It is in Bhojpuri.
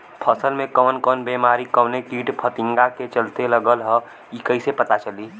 फसल में कवन बेमारी कवने कीट फतिंगा के चलते लगल ह कइसे पता चली?